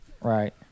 Right